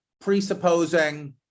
presupposing